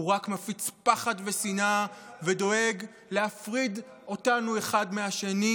הוא רק מפיץ פחד ושנאה ודואג להפריד אותנו אחד מהשני,